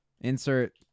Insert